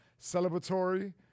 celebratory